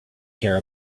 care